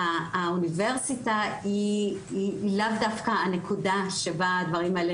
האוניברסיטה היא לאו דווקא הנקודה שבה הדברים האלה